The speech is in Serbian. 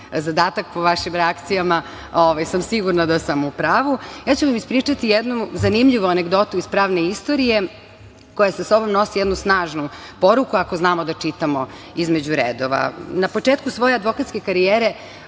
zadatak, po vašim reakcijama sam sigurna da sam u pravu. Ja ću vam ispričati jednu zanimljivu anegdotu iz pravne istorije, koja sa sobom nosi jednu snažnu poruku, ako znamo da čitamo između redova. Na početku svoje advokatske karijere,